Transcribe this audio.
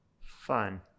Fun